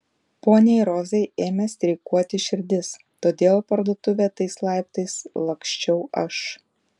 poniai rozai ėmė streikuoti širdis todėl į parduotuvę tais laiptais laksčiau aš